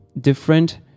different